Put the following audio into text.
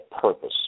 purpose